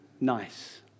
nice